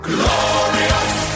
Glorious